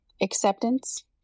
Acceptance